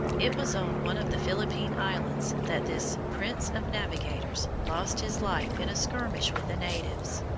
it was on one of the philippine islands that this prince of navigators lost his life in a skirmish with the natives.